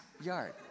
yard